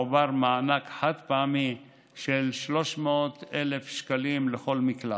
הועבר מענק חד-פעמי של 300,000 שקלים לכל מקלט.